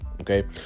okay